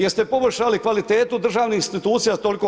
Jeste poboljšali kvalitetu državnih institucija toliko?